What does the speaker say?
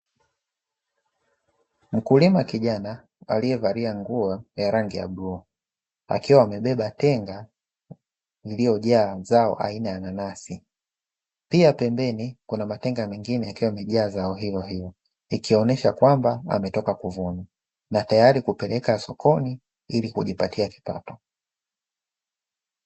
Mkulima kijana aliyevalia nguo ya rangi ya bluu, akiwa amebeba tenga iliyojaa zao aina ya nanasi, pia pembeni kuna matenga yaliyojaa zao hilo hilo, ikionyesha kwamba ametoka kuvuna na tayari kupeleka sokoni ili kujipatia kipato.